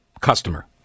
customer